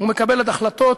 ומקבלת החלטות